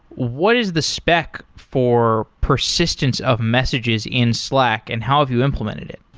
what is the spec for persistence of messages in slack and how have you implemented it?